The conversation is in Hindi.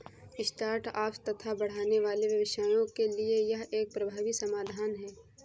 स्टार्ट अप्स तथा बढ़ने वाले व्यवसायों के लिए यह एक प्रभावी समाधान है